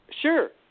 Sure